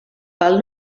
pel